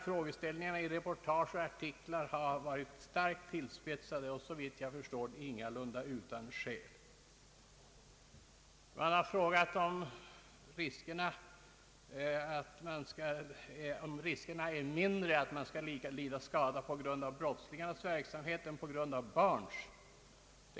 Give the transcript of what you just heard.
Frågeställningarna i reportage och artiklar har varit starkt tillspetsade, och det ingalunda utan skäl, såvitt jag förstår. Man har frågat om riskerna är mindre att någon skall lida skada på grund av brottslingars verksamhet än på grund av barns.